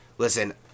Listen